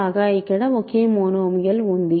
కాగా ఇక్కడ ఒకే మోనోమియల్ ఉంది